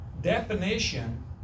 definition